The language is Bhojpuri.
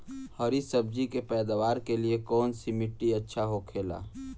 हरी सब्जी के पैदावार के लिए कौन सी मिट्टी अच्छा होखेला?